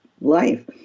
life